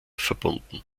verbunden